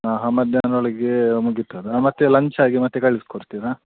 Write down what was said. ಆಂ ಹಾಂ ಮಧ್ಯಾಹ್ನೊಳಗೇ ಮುಗೀತದಾ ಮತ್ತೆ ಲಂಚ್ ಹಾಗೆ ಮತ್ತೆ ಕಳ್ಸಿಕೊಡ್ತೀರಾ